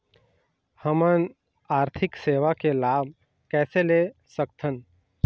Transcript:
हमन आरथिक सेवा के लाभ कैसे ले सकथन?